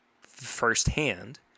firsthand